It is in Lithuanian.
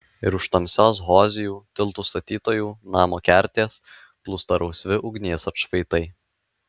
iš už tamsios hozijų tiltų statytojų namo kertės plūsta rausvi ugnies atšvaitai